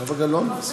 זהבה גלאון.